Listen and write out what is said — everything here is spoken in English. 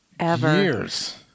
years